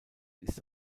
ist